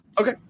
Okay